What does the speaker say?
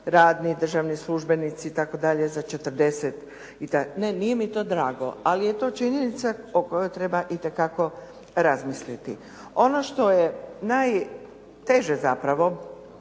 radni državni službenici itd. za 40 ne nije mi to drago. Ali je to činjenica o kojoj treba itekako razmisliti. Ono što je najteže zapravo